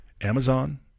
Amazon